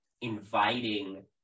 inviting